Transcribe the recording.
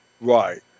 Right